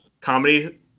comedy